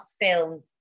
film